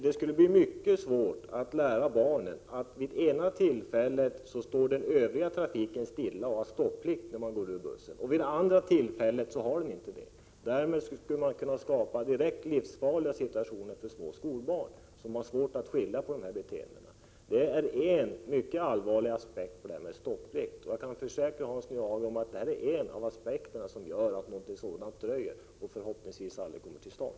Det skulle bli mycket svårt att lära barnen att vid det ena tillfället står övrig trafik stilla och har stopplikt när de går ur bussen men inte vid andra tillfällen. Därmed skulle man skapa direkt livsfarliga situationer för små skolbarn, som har svårt att skilja på de här beteendena. Detta är en mycket allvarlig aspekt på stopplikt, och jag kan försäkra Hans Nyhage att det är en av de aspekter som gör att någonting sådant dröjer och förhoppningsvis aldrig kommer till stånd.